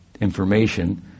information